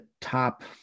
top –